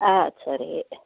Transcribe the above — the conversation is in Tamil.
ஆ சரி